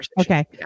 okay